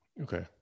Okay